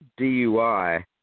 DUI